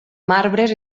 marbres